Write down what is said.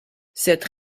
cette